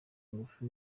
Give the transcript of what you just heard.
ngufi